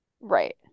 Right